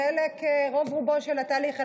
ורוב-רובו של התהליך,